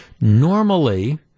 Normally